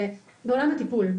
בעולם הטיפול,